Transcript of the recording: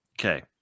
Okay